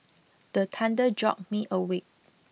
the thunder jolt me awake